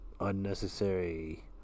unnecessary